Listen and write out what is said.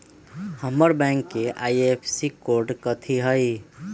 हमर बैंक के IFSC code कथि हई?